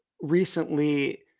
recently